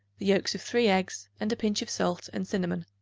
the yolks of three eggs, and a pinch of salt and cinnamon.